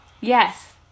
Yes